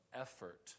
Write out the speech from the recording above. effort